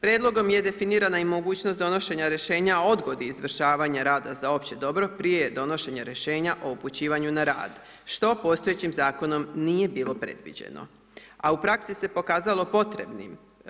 Prijedlogom je definirana i mogućnost donošenje rješenja o odgodi izvršavanja rada za opće dobro prije donošenja rješenja o upućivanju na rad što postojećim Zakonom nije bilo predviđeno, a u praksi se pokazalo potrebnim.